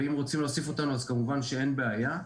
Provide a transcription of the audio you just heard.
ואם רוצים להוסיף אותנו אז כמובן שאין בעיה,